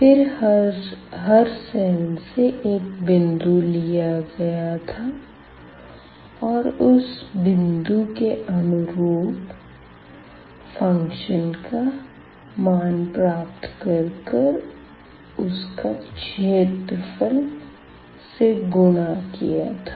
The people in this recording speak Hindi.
फिर हर सेल से एक बिंदु लिया गया था और उस बिंदु के अनुरूप फ़ंक्शन का मान प्राप्त कर कर उसका क्षेत्रफल से गुणा किया था